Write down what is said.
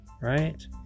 right